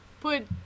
put